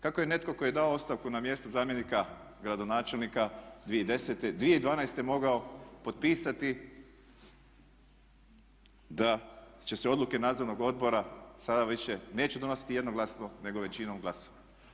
Kako je netko tko je dao ostavku na mjesto zamjenika gradonačelnika 2012.mogao potpisati da će se odluke nadzornog odbora sada više neće donositi jednoglasno nego većinom glasova.